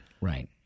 Right